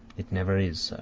it never is,